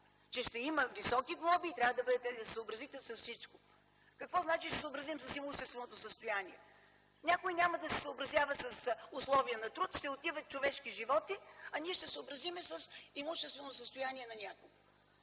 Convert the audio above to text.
че ще има високи глоби и трябва да се съобразите с всичко. Какво значи да се съобразим с имущественото състояние? Някой няма да се съобразява с условия на труд, ще отиват човешки животи, а ние ще се съобразим с имущественото състояние на някого?